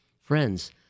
friends